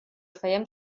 fèiem